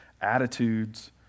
attitudes